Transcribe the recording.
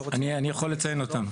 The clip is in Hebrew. אני לא רוצה להגיד אני יכול לציין אותם.